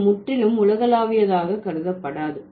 இது முற்றிலும் உலகளாவியதாக கருதப்படாது